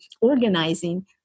organizing